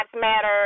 Matter